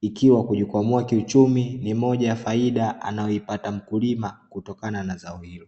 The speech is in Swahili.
ikiwa kujikwamua kiuchumi ni moja ya faida anayoipata mkulima kutokana na zao hilo.